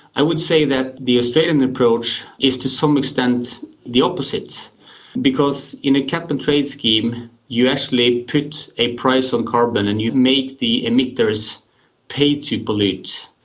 i would say that the australian approach is to some extent the opposite because in a cap and trade scheme you actually put a price on carbon and you make the emitters pay to pollute.